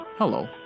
Hello